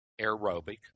aerobic